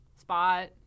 Spot